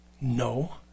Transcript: No